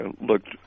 looked